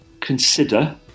consider